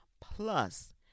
plus